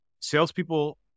salespeople